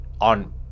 on